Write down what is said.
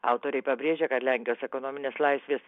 autoriai pabrėžia kad lenkijos ekonominės laisvės